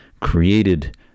created